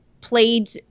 played